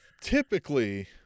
typically